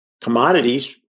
commodities